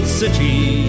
city